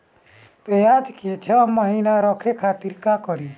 प्याज के छह महीना रखे खातिर का करी?